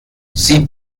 sie